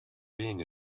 being